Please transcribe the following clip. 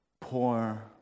poor